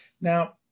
Now